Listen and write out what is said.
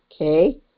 okay